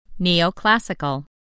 Neoclassical